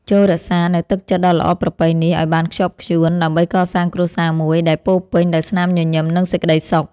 ចូររក្សានូវទឹកចិត្តដ៏ល្អប្រពៃនេះឱ្យបានខ្ជាប់ខ្ជួនដើម្បីកសាងគ្រួសារមួយដែលពោរពេញដោយស្នាមញញឹមនិងសេចក្តីសុខ។